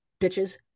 bitches